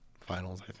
finals